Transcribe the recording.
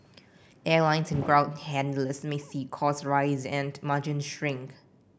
airlines and ground handlers may see costs rise and margins shrink